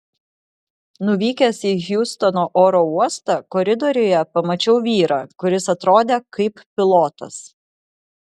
nuvykęs į hjustono oro uostą koridoriuje pamačiau vyrą kuris atrodė kaip pilotas